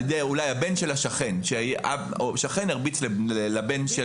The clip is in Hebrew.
אולי על ידי הבן של השכן או שכן הרביץ לבן של